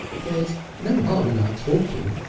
there's no harm in our talking,